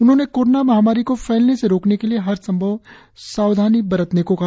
उन्होंने कोरोना महामारी को फैलने से रोकने के लिए हर संभव सावधानी बरतने को कहा